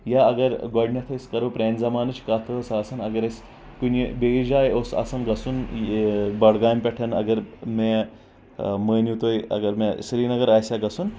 یا اگر گۄڈٕنٮ۪تھ أسۍ کرو پرانہِ زمانہٕ کتھ ٲس آسان اگرے أسۍ کُنہِ بیٚیِس جایہِ اوس آسان گژھُن بڈگامۍ پٮ۪ٹھن اگر مےٚ مٲنِو تُہۍ اگر مےٚ سرینگر آسہِ ہا گژھُن